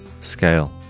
scale